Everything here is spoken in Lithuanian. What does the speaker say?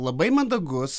labai mandagus